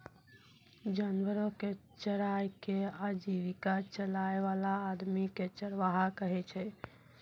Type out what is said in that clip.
जानवरो कॅ चराय कॅ आजीविका चलाय वाला आदमी कॅ चरवाहा कहै छै